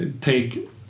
take